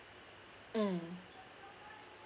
mm